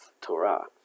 Torah